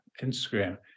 Instagram